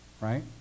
right